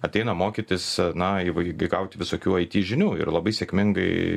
ateina mokytis na įvai įgauti visokių ai ti žinių ir labai sėkmingai